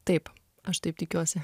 taip aš taip tikiuosi